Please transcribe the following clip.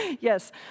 Yes